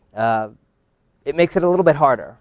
ah it makes it a little bit harder